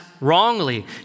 wrongly